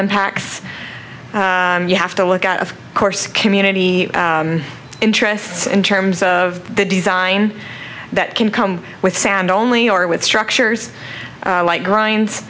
impacts you have to look at of course community interests in terms of the design that can come with sand only or with structures like grind